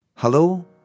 Hello